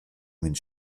minh